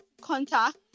contact